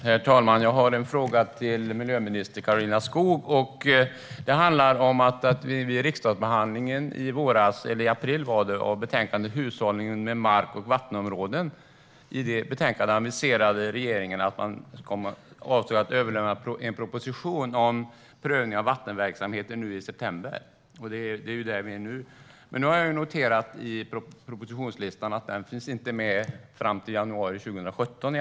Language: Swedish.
Herr talman! Jag har en fråga till miljöminister Karolina Skog, om betänkandet Hushållningen med mark och vattenområden som behandlades i riksdagen i april. I betänkandet aviserades att regeringen hade för avsikt att i september överlämna en proposition om prövning av vattenverksamheten, och där är vi nu. Men jag har noterat att den inte finns med på propositionslistan, i alla fall inte på listan som gäller fram till januari 2017.